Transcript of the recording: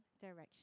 direction